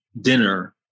dinner